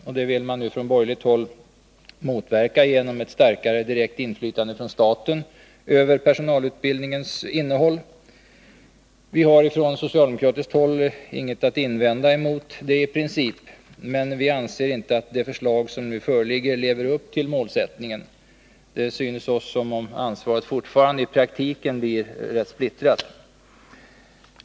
Detta vill man nu från borgerligt håll motverka genom ett starkare direkt inflytande från staten över personalutbildningens innehåll. Vi har från socialdemokratiskt håll inget att invända mot detta i princip, men vi anser inte att det förslag som nu föreligger lever upp till målsättningen. Det synes oss som om ansvaret fortfarande i praktiken blir ganska splittrat.